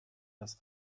das